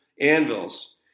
anvils